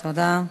תודה.